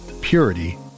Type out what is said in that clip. purity